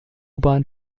bahn